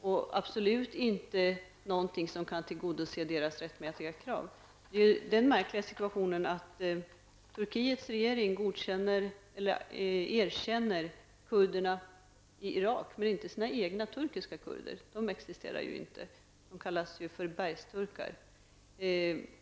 Det är absolut inget som kan tillgodose deras rättmätiga krav. Turkiets regering erkänner kurderna i Irak, men inte sina egna turkiska kurder. De existerar inte. De kallas för bergsturkar.